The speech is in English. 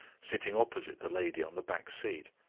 sitting opposite the lady on the back seat.